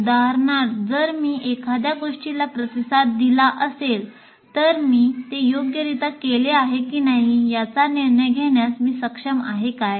उदाहरणार्थ जर मी एखाद्या गोष्टीला प्रतिसाद दिला असेल तर मी ते योग्यरित्या केले आहे की नाही याचा निर्णय घेण्यास मी सक्षम आहे काय